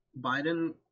Biden